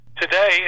today